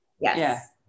Yes